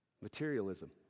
materialism